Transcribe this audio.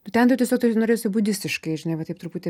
nu ten tai tiesiog norėjosi budistiškai žinai va taip truputį